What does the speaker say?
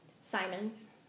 Simon's